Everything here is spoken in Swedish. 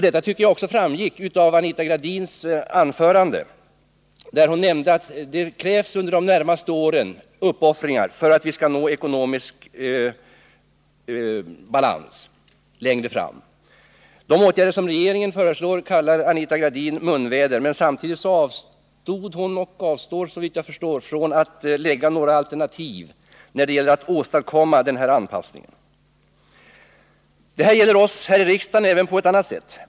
Det tycker jag också framgick av Anita Gradins anförande, där hon nämnde att det under de närmaste åren krävs uppoffringar för att vi skall nå ekonomisk balans längre fram. De åtgärder som regeringen föreslår kallar Anita Gradin munväder, men samtidigt avstår hon såvitt jag förstår från att lägga fram några alternativ när det gäller att åstadkomma den här anpassningen. Detta gäller oss här i riksdagen även på ett annat sätt.